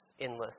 endless